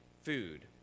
food